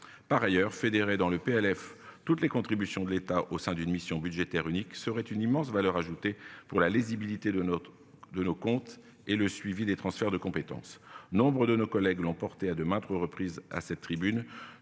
Par ailleurs, fédérer dans le PLF toutes les contributions de l'État au sein d'une mission budgétaire unique serait une immense valeur ajoutée pour la lisibilité de notre, de nos comptes et le suivi des transferts de compétences, nombre de nos collègues l'emporter à de maintes reprises à cette tribune.